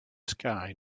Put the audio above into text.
sky